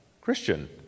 Christian